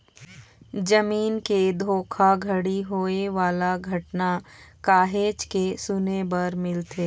जमीन के धोखाघड़ी होए वाला घटना काहेच के सुने बर मिलथे